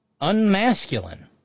unmasculine